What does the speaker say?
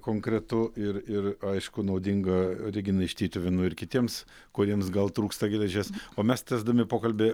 konkretu ir ir aišku naudinga reginai iš tytuvėnų ir kitiems kuriems gal trūksta geležies o mes tęsdami pokalbį